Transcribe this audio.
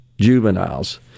juveniles